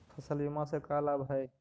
फसल बीमा से का लाभ है?